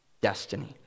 destiny